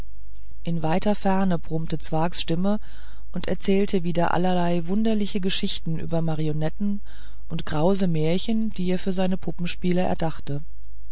in weiter ferne brummte zwakhs stimme und erzählte wieder allerlei wunderliche geschichten über marionetten und krause märchen die er für seine puppenspiele erdacht